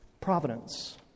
Providence